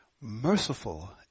Merciful